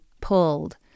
pulled